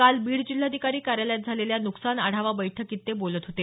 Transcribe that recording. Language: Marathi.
काल बीड जिल्हाधिकारी कार्यालयात झालेल्या नुकसान आढावा बैठकीत ते बोलत होते